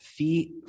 Feet